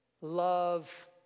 love